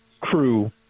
crew